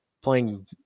playing